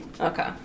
Okay